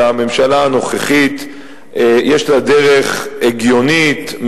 אני חושב שלממשלה הנוכחית יש דרך הגיונית,